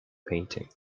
painting